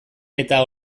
eta